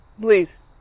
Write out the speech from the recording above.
Please